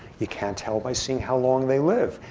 you can't tell by seeing how long they live.